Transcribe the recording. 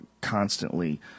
constantly